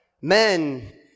Men